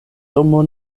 domo